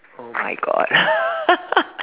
oh my God